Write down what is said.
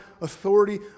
authority